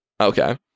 okay